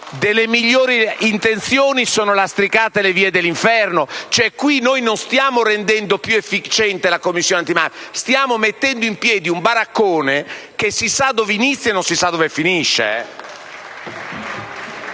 delle migliori intenzioni sono lastricate le vie dell'inferno e in questo modo non stiamo rendendo più efficiente la Commissione antimafia, ma stiamo mettendo in piedi un baraccone che si sa dove inizia e non si sa dove finisce.